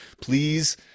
please